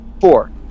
Four